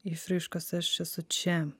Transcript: išraiškos aš esu čia